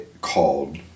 called